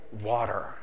water